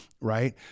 right